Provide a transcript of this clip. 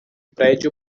prédio